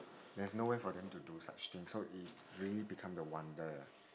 there's no way for them to do such things so it really become the wonder